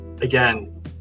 again